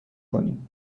کنیم